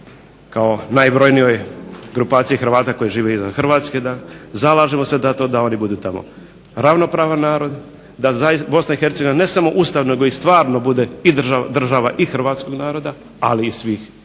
kao najbrojnijoj grupaciji Hrvata koji žive izvan Hrvatske zalažemo se za to da oni budu tamo ravnopravan narod, da Bosna i Hercegovina ne samo Ustav nego i stvarno bude i država i hrvatskog naroda, ali i svih